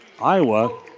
Iowa